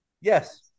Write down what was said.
Yes